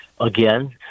Again